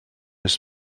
oes